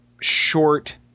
short